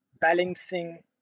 balancing